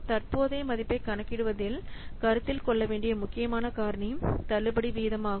தற்போதைய மதிப்பைக் கணக்கிடுவதில் கருத்தில் கொள்ள வேண்டிய முக்கியமான காரணி தள்ளுபடி வீதமாகும்